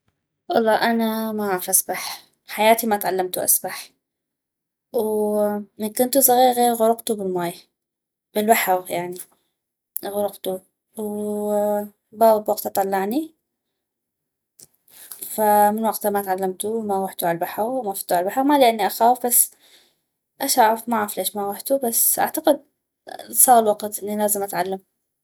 والله انا معغف اسبح بحياتي ما تعلمتو اسبح ومن كنتو زغيغي غرقتو بالماي بالبحغ يعني غرقتو وبابا بوقتا طلعني فمن وقتا ما تعلمتو ما غحتو عل بحغ وما فتو عل بحغ ما لأني اخاف بس اش اعف معف ليش ما غحتو بس اعتقد صاغ الوقت اني لازم اتعلم